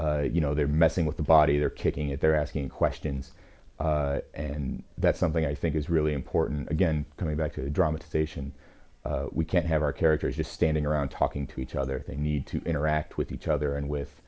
do you know they're messing with the body they're kicking it they're asking questions and that's something i think is really important again coming back to the drama station we can't have our characters just standing around talking to each other they need to interact with each other and with